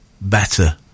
better